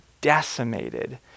decimated